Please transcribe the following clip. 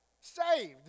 saved